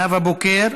נאוה בוקר,